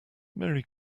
merry